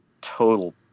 total